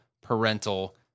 parental